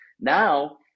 now